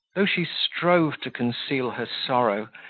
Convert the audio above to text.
though she strove to conceal her sorrow,